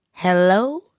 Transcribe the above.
hello